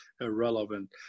irrelevant